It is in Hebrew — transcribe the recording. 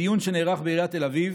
בדיון שנערך בעיריית תל אביב